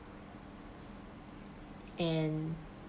and